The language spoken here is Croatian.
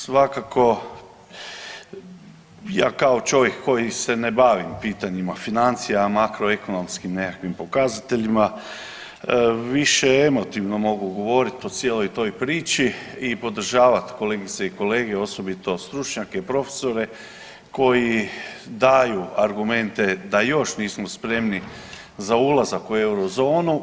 Svakako ja kao čovjek koji se ne bavim pitanjima financija, makroekonomskim nekakvim pokazateljima više emotivno mogu govoriti o cijeloj toj priči i podržavat kolegice i kolege, osobito stručnjake, profesore koji daju argumente da još nismo spremni za ulazak u eurozonu.